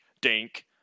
dink